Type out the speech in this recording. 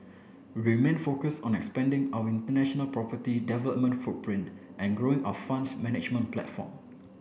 remain focus on expanding our international property development footprint and growing our funds management platform